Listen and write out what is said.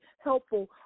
helpful